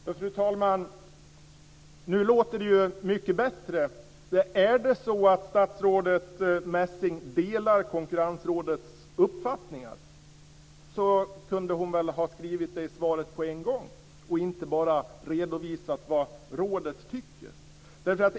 Fru talman! Nu låter det ju mycket bättre. Delar statsrådet Messing Konkurrensrådets uppfattningar kunde hon väl ha skrivit det i svaret på en gång och inte bara redovisat vad rådet tycker.